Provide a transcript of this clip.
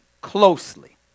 closely